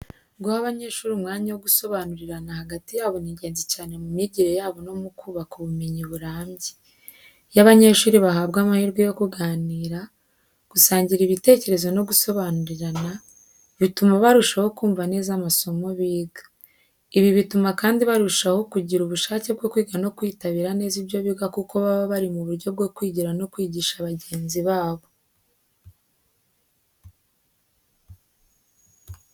Guha abanyeshuri umwanya wo gusobanurirana hagati yabo ni ingenzi cyane mu myigire yabo no mu kubaka ubumenyi burambye. Iyo abanyeshuri bahabwa amahirwe yo kuganira, gusangira ibitekerezo no gusobanurirana, bituma barushaho kumva neza amasomo biga. Ibi bituma kandi barushaho kugira ubushake bwo kwiga no kwitabira neza ibyo biga kuko baba bari mu buryo bwo kwigira no kwigisha bagenzi babo.